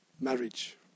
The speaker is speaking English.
marriage